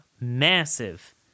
Massive